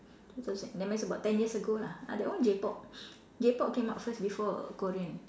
two thousand that means about ten years ago lah ah that one J-pop J-pop came up first before Korean